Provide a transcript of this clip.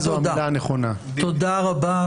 תודה רבה.